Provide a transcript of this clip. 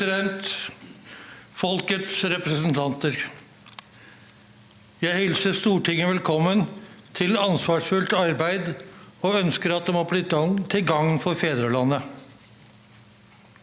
President, Folkets representanter. Jeg hilser Stortinget velkommen til ansvarsfullt arbeid og ønsker at det må bli til gagn for fedrelandet.